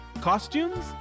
Costumes